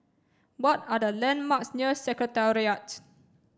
what are the landmarks near Secretariat